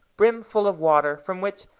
brim-full of water, from which,